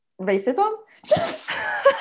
racism